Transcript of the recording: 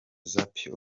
zappy